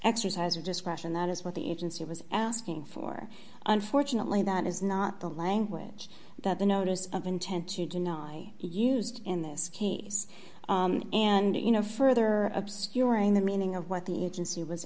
exercise of discretion that is what the agency was asking for unfortunately that is not the language that the notice of intent to deny used in this case and you know further obscuring the meaning what the agency was